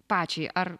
pačiai ar